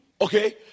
Okay